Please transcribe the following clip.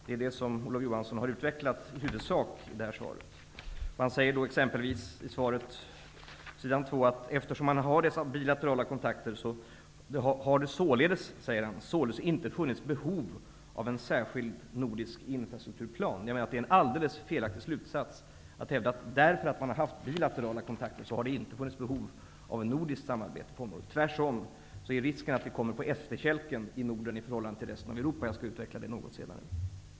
Det är det som Olof Johansson i huvudsak har utvecklat i detta svar. Han säger t.ex. på s. 2 i svaret att eftersom man har dessa bilaterala kontakter har det ''således inte funnits behov av en särskild nordisk infrastrukturplan''. Man drar en alldeles felaktig slutsats när man hävdar att det i och med att man har haft bilaterala kontakter inte har funnits behov av ett nordiskt samarbete på området. Tvärsom är risken att vi i Norden kommer på efterkälken i förhållande till resten av Europa. Jag skall senare utveckla detta något.